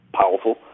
powerful